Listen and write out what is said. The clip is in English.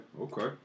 Okay